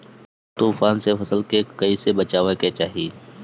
तुफान से फसल के कइसे बचावे के चाहीं?